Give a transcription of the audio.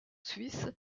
suisses